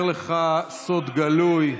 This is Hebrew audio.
אני אספר לך סוד גלוי,